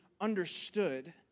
understood